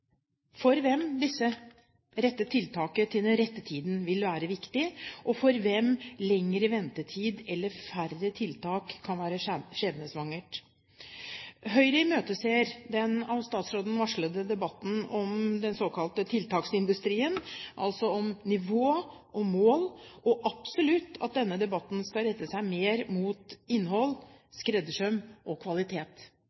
til rett tid, og for hvem lengre ventetid eller færre tiltak kan være skjebnesvangert, vil være viktig. Høyre imøteser den av statsråden varslede debatten om den såkalte tiltaksindustrien – altså om nivå, om mål – og absolutt at denne debatten skal rette seg mer mot